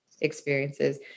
experiences